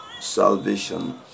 salvation